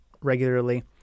regularly